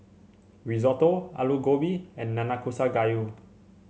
Risotto Alu Gobi and Nanakusa Gayu